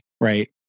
right